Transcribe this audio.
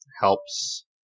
helps